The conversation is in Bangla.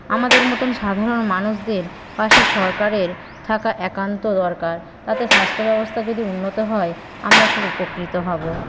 আমাদের মতন সাধারণ মানুষদের পাশে থাকা সরকারের একান্ত দরকার তাতে স্বাস্থ্য ব্যবস্থা যদি উন্নত হয় আমরা খুব উপকৃত হব